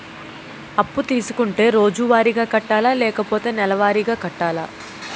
అప్పు తీసుకుంటే రోజువారిగా కట్టాలా? లేకపోతే నెలవారీగా కట్టాలా?